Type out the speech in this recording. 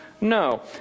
no